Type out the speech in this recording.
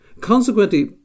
Consequently